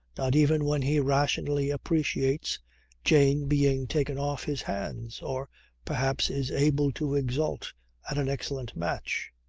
not even when he rationally appreciates jane being taken off his hands or perhaps is able to exult at an excellent match.